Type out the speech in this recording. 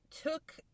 took